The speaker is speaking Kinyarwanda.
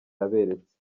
yaberetse